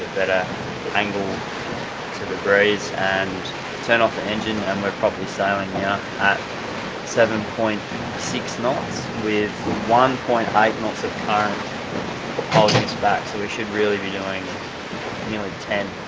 better angle to the breeze, and turn off the engine, and we're probably sailing yeah at seven point six knots, with one point eight knots of current holding us back, so we should really be doing nearly ten,